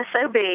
SOB